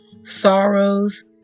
sorrows